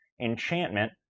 enchantment